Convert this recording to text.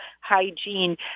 hygiene